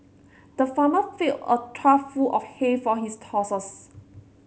the farmer filled a trough full of hay for his horses